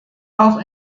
auch